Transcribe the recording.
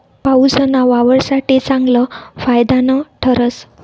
पाऊसना वावर साठे चांगलं फायदानं ठरस